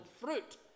fruit